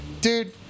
dude